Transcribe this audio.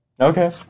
Okay